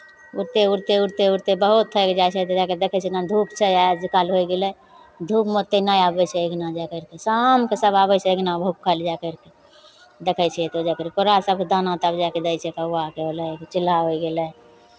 उड़ते उड़ते उड़ते उड़ते बहुत थाकि जाइ छै तऽ जाए कऽ देखै छै तऽ एखन धूप छै आज काल्हि होइ गेलै धूपमे ओतेक नहि आबै छै अङ्गना जाए करि कऽ शामकेँ सभ आबै छै अङ्गना भुखल जाए करि कऽ देखै छियै तऽ ओहि जऽ पर ओकरा सभके दाना तक जेकि दै छियै कि हौआ के एलै चिल्ला ओहि गेलै